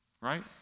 right